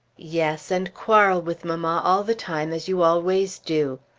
yes and quarrel with mamma all the time as you always do.